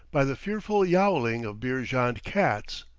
by the fearful yowling of beerjand cats.